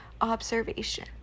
observation